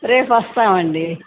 రేపు వస్తామండి